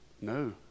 No